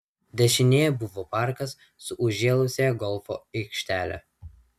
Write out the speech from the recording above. dešinėje buvo parkas su užžėlusia golfo aikštele